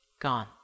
Gone